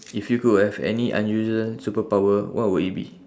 if you could have any unusual superpower what would it be